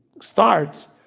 starts